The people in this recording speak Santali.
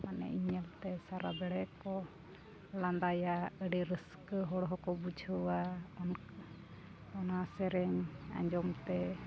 ᱢᱟᱱᱮ ᱤᱧ ᱧᱮᱞᱛᱮ ᱥᱟᱨᱟ ᱵᱮᱲᱟ ᱠᱚ ᱞᱟᱸᱫᱟᱭᱟ ᱟᱹᱰᱤ ᱨᱟᱹᱥᱠᱟᱹ ᱦᱚᱲ ᱦᱚᱸᱠᱚ ᱵᱩᱡᱷᱟᱹᱣᱟ ᱚᱱᱟ ᱥᱮᱨᱮᱧ ᱟᱸᱡᱚᱢ ᱛᱮ